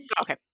Okay